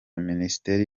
minisiteri